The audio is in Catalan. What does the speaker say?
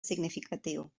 significatiu